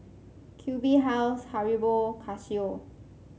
Q B House Haribo Casio